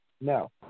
no